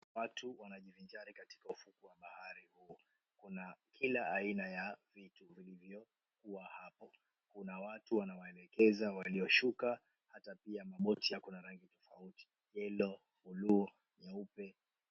Watu wanajivinjari katika ufuo wa bahari, kuna kila aina vitu vilivyokuwa hapo, kuna watu wanawaelekeza walioshuka hata pia maboti yako na rangi tofauti; yellow ,bluu, nyeupe.